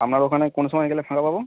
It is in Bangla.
আপনার ওখানে কোন সময় গেলে ফাঁকা পাবো